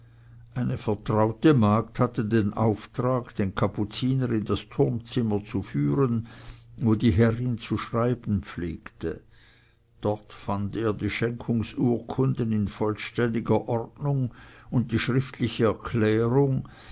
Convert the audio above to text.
eine vertraute magd hatte den auftrag den kapuziner in das turmzimmer zu führen wo ihre herrin zu schreiben pflegte dort fand er die schenkungsurkunden in vollständiger ordnung und die schriftliche erklärung